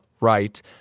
right